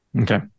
Okay